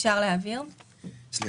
אני רוצה לשאול משהו